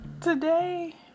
today